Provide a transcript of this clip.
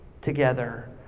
together